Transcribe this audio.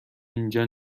اینجا